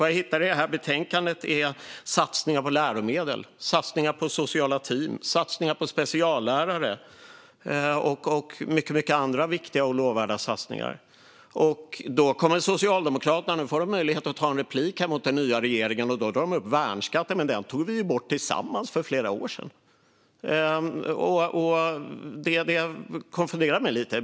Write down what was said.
Det jag hittar är satsningar på läromedel, sociala team, speciallärare och många andra viktiga och lovvärda satsningar. Socialdemokraterna fick möjlighet att ta en replik mot regeringen och då drog de upp värnskatten - men den tog vi ju bort tillsammans för flera år sedan. Det konfunderar mig lite.